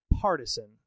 partisan